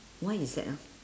what is that ah